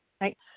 Right